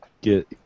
get